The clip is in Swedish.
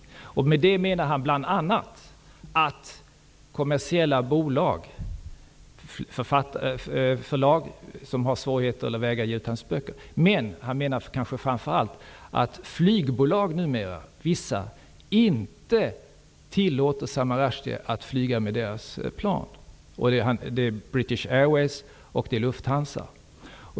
Med det menar han bl.a. förlag som har svårigheter att ge ut hans böcker, men han menar kanske framför allt vissa flygbolag -- British Airways och Lufthansa -- numera inte tillåter Salman Rushdie att flyga med deras plan.